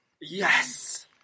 Yes